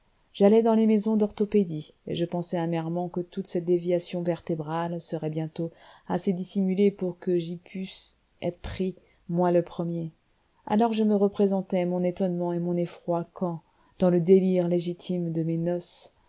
j'allais dans les maisons d'orthopédie et je pensais amèrement que toutes ces déviations vertébrales seraient bientôt assez dissimulées pour que j'y pusse être pris moi le premier alors je me représentais mon étonnement et mon effroi quand dans le délire légitime de mes noces